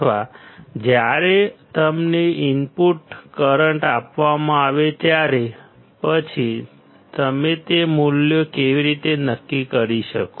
અથવા જ્યારે તમને ઇનપુટ કરંટ આપવામાં આવે ત્યાર પછી તમે તે મૂલ્યો કેવી રીતે નક્કી કરી શકો